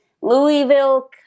Louisville